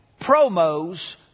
promos